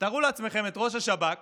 תארו לעצמכם את ראש השב"כ